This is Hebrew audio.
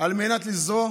על מנת לזרוע